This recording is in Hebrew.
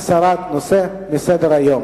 הסרת הנושא מסדר-היום.